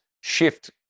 shift